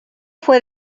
fue